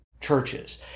churches